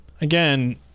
Again